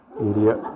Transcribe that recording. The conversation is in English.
idiot